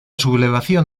sublevación